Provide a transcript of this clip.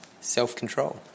self-control